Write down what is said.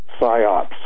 PsyOps